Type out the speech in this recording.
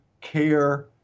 care